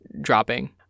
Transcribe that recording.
dropping